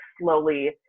slowly